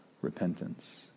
repentance